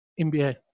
NBA